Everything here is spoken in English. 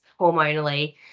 hormonally